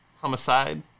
Homicide